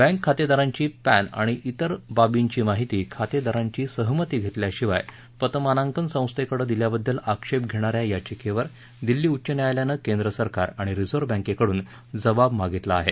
bank खातेदारांची PAN आणि तिर बाबींची माहिती खातेदारांची सहमती घेतल्याशिवाय पतमानांकन संस्थेकडे दिल्याबद्दल आक्षेप घेण या याचिकेवर दिल्ली उच्च न्यायालयानं केंद्रसरकार आणि रिझर्व बँकैकडून जबाब मागितला आहे